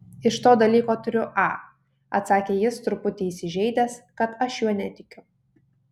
iš to dalyko turiu a atsakė jis truputį įsižeidęs kad aš juo netikiu